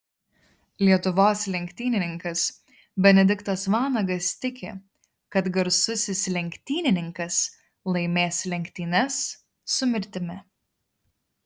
lietuvos lenktynininkas benediktas vanagas tiki kad garsusis lenktynininkas laimės lenktynes su mirtimi